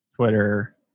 Twitter